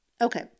Okay